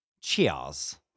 Cheers